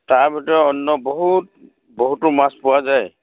তাৰ ভিতৰত অন্য বহুত বহুতো মাছ পোৱা যায়